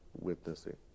witnessing